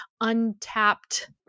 untapped